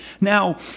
Now